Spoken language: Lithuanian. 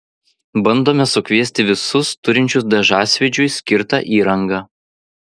bandome sukviesti visus turinčius dažasvydžiui skirtą įrangą